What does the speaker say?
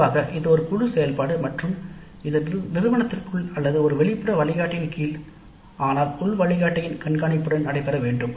பொதுவானது இது ஒரு குழு செயல்பாடு மற்றும் இது நிறுவனத்திற்குள் அல்லது ஒரு வெளிப்புற வழிகாட்டியின் கீழ் ஆனால் உள் வழிகாட்டியின் கண்காணிப்புடன் நடைபெற வேண்டும்